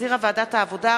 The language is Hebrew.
שהחזירה ועדת העבודה,